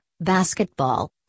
basketball